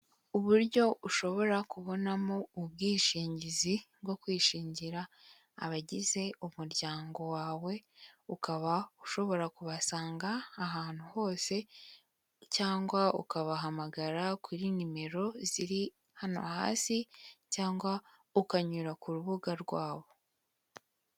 Uburyo ushobora kubonamo ubwishingizi bwo kwishingira abagize umuryango wawe, ukaba ushobora kubasanga ahantu hose, cyangwa ukabahamagara kuri nimero ziri hano hasi, cyangwa ukanyura ku rubuga rwabo.